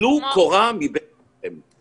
טלו קורה מבין עיניכם.